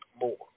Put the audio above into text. more